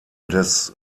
des